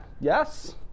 Yes